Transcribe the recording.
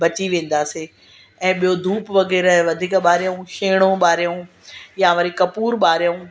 बची वेंदासीं ऐं ॿियो धूप वग़ैरह वधीक ॿारियूं छेणो ॿारियूं या वरी कपूर ॿारियूं